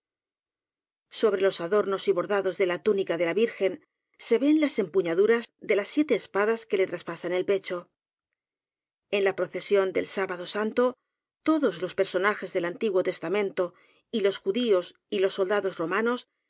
sobre los adornos y bordados de la túnica de la virgen se ven las empuñaduras de las siete espa das que le traspasan el pecho en la procesión del sábado santo todos los per sonajes del antiguo testamento y los judíos y los soldados romanos